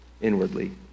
inwardly